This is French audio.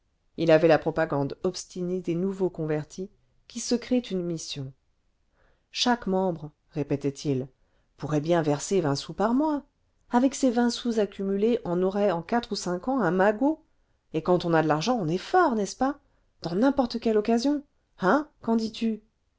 il avait la propagande obstinée des nouveaux convertis qui se créent une mission chaque membre répétait-il pourrait bien verser vingt sous par mois avec ces vingt sous accumulés on aurait en quatre ou cinq ans un magot et quand on a de l'argent on est fort n'est-ce pas dans n'importe quelle occasion hein qu'en dis-tu